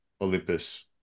Olympus